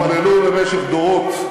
התפללו במשך דורות: